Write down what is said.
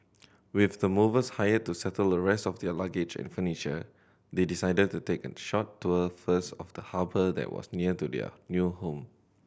with the movers hired to settle the rest of their luggage and furniture they decided to take a short tour first of the harbour that was near to their new home